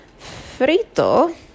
frito